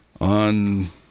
On